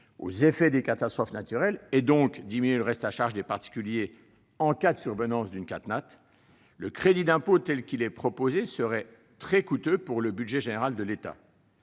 aux effets des catastrophes naturelles, et donc de diminuer le reste à charge des particuliers en cas de survenue d'une telle catastrophe, le crédit d'impôt tel qu'il est proposé serait très coûteux pour le budget général de l'État.